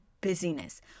busyness